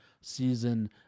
season